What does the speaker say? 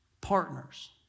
partners